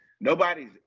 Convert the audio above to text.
nobody's